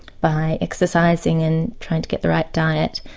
by exercising and trying to get the right diet.